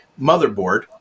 motherboard